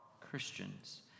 Christians